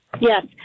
Yes